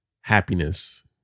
Happiness